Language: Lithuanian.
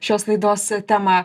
šios laidos temą